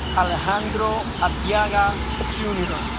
alejandro of yoga jr.